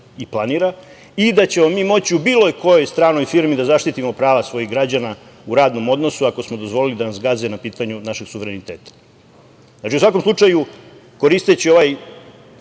i planira, i da ćemo mi moći u bilo kojoj stranoj firmi da zaštitimo prava svojih građana u radnom odnosu ako smo dozvolili da nas gaze na pitanju našeg suvereniteta.U svakom slučaju, koristeći ovaj